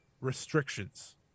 restrictions